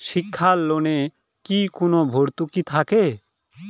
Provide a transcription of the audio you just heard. শিক্ষার লোনে কি কোনো ভরতুকি থাকে?